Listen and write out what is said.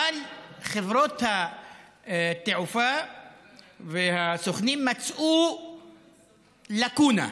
אבל חברות התעופה והסוכנים מצאו לקונה,